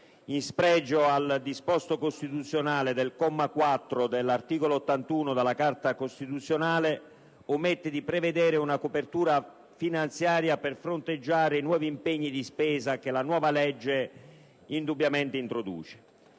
in spregio al disposto costituzionale del quarto comma dell'articolo 81 della Carta costituzionale, omette di prevedere una copertura finanziaria per fronteggiare i nuovi impegni di spesa che la nuova legge indubbiamente introduce.